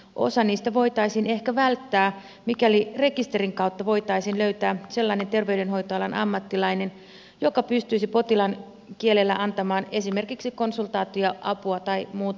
osa niistä voitaisiin ehkä välttää mikäli rekisterin kautta voitaisiin löytää sellainen terveydenhoitoalan ammattilainen jo ka pystyisi potilaan kielellä antamaan esimerkiksi konsultaatioapua tai muuta vastaavaa